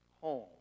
home